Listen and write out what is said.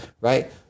Right